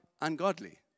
ungodly